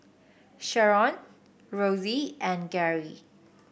Sherron Rosey and Gary